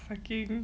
fucking